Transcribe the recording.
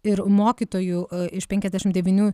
ir mokytojų iš penkiasdešimt devynių